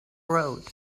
road